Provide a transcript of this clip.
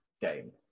game